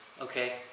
Okay